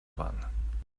waren